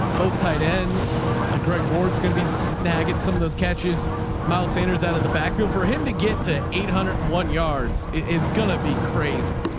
both tight ends a greg, ward's going to be nagging some of those catches miles sanders out of the backfield for him to get to eight hundred and one yards. inaudible going to be crazy.